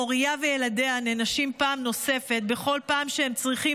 מוריה וילדיה נענשים פעם נוספת בכל פעם שהם צריכים